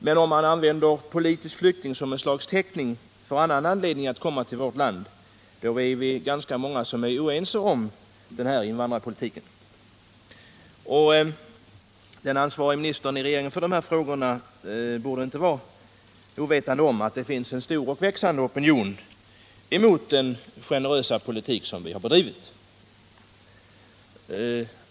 Men om beteckningen politisk flykting används som ett slags täckmantel för annan anledning att komma till vårt land, är vi ganska många som inte ställer oss bakom denna — Nr 86 invandrarpolitik. Den minister i regeringen som är ansvarig för desa frågor Torsdagen den borde inte vara ovetande om att det finns en stor och växande opinion mot 2 mars 1978 den generösa politik som vi har bedrivit.